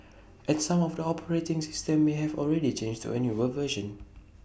and some of the operating systems may have already changed to A newer version